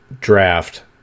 draft